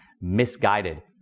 misguided